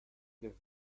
the